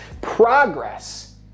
Progress